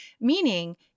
Meaning